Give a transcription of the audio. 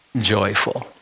joyful